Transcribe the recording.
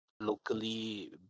Locally